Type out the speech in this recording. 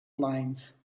limes